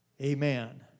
Amen